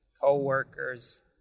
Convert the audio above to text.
co-workers